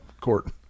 court